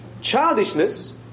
Childishness